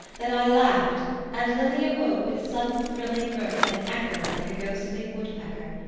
that i laughed and lilia woke with sudden-thrilling mirth an echo like a ghostly woodpecker,